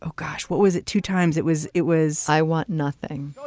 ah gosh, what was it? two times? it was it was i want nothing.